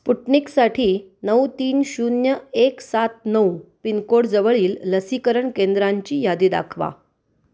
स्पुटनिकसाठी नऊ तीन शून्य एक सात नऊ पिनकोड जवळील लसीकरण केंद्रांची यादी दाखवा